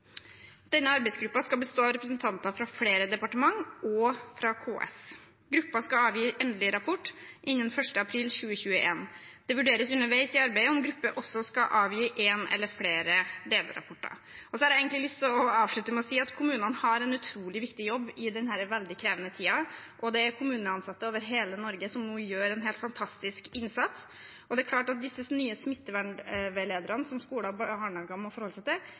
Denne arbeidsgruppen skal bestå av representanter fra flere departementer og fra KS. Gruppen skal avgi endelig rapport innen 1. april 2021. Det vurderes underveis i arbeidet om gruppen skal avgi én eller flere delrapporter. Så har jeg lyst til å avslutte med å si at kommunene har en utrolig viktig jobb i denne veldig krevende tiden. Det er kommuneansatte over hele Norge som nå gjør en helt fantastisk innsats, og det er klart at disse nye smitteveilederne som skolene og barnehagene må forholde seg til,